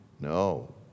No